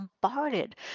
bombarded